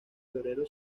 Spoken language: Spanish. febrero